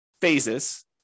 phases